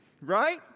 right